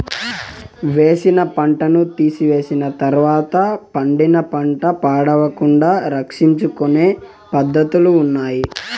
వేసిన పంటను తీసివేసిన తర్వాత పండిన పంట పాడవకుండా సంరక్షించుకొనే పద్ధతులున్నాయి